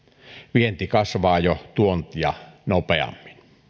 vienti kasvaa jo tuontia nopeammin